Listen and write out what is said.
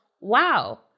wow